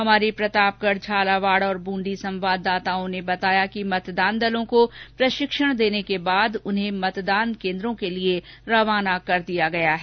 हमारे प्रतापगढ़ झालावाड़ और ब्रंदी संवाददाताओं ने बताया कि मतदान दलों को प्रशिक्षण देने के बाद उन्हें मतदान केन्द्रों के लिए रवाना कर दिया गया है